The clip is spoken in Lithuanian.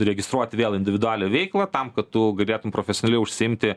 registruoti vėl individualią veiklą tam kad tu galėtum profesionaliai užsiimti